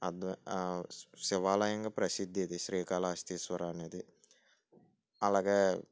అద్వ శివాలయంగా ప్రసిద్ధి ఇది శ్రీకాళహస్తీశ్వర అనేది అలాగే